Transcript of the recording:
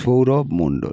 Sourav Mondal